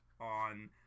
on